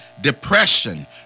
depression